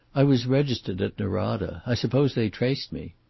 i was registered at norada. i suppose they traced me?